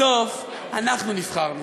בסוף אנחנו נבחרנו